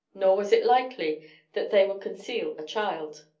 nor was it likely that they would conceal a child.